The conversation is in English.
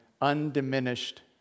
Undiminished